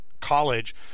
college